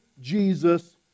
Jesus